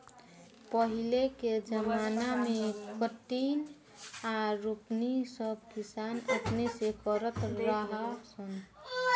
पहिले के ज़माना मे कटनी आ रोपनी सब किसान अपने से करत रहा सन